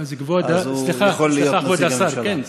אז הוא יכול להיות נציג הממשלה.